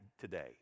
today